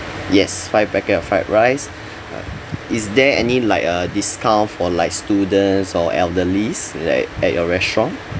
yes five packet of fried rice uh is there any like uh discount for like students or elderlies like at your restaurant